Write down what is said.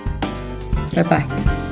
Bye-bye